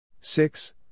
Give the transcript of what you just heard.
Six